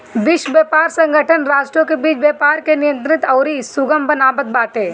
विश्व व्यापार संगठन राष्ट्रों के बीच व्यापार के नियंत्रित अउरी सुगम बनावत बाटे